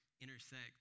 Intersect